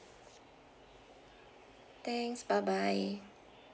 thanks bye bye